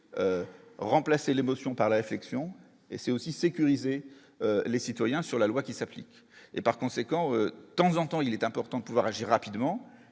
remplacer l'émotion par la réflexion, et c'est aussi sécuriser les citoyens sur la loi qui s'applique et par conséquent de temps en temps, il est important de pouvoir agir rapidement